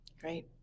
Great